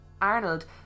Arnold